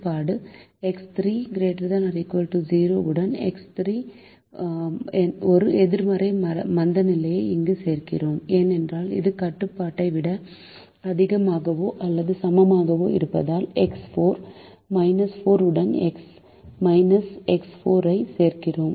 X 3 ≥ 0 உடன் x 3 ஒரு எதிர்மறை மந்தநிலையை இங்கு சேர்க்கிறோம் ஏனென்றால் இது கட்டுப்பாட்டை விட அதிகமாகவோ அல்லது சமமாகவோ இருப்பதால் எக்ஸ் 4 உடன் எக்ஸ் எக்ஸ் 4 ஐ சேர்க்கிறோம்